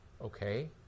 okay